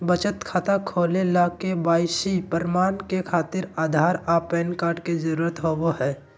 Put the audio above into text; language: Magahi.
बचत खाता खोले ला के.वाइ.सी प्रमाण के खातिर आधार आ पैन कार्ड के जरुरत होबो हइ